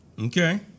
okay